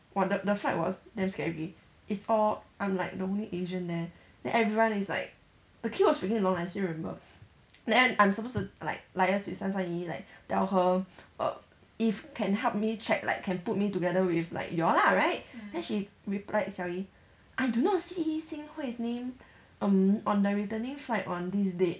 !wah! the the flight was damn scary it's all I'm like the only asian there then everyone is like the queue was freaking long I still remember then I'm supposed to like liaise with 三三姨 like tell her err if can help me check like can put me together with like you all lah right then she replied 小姨 I do not see xin hui's name um on the returning flight on this date